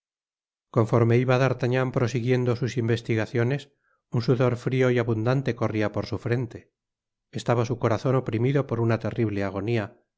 conforme iba d'artagnan prosiguiendo sus investigaciones un sudor frio y abundante corria por su frente estaba su corazon oprimido por una terrible agonia